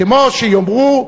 כמו שיאמרו: